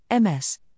MS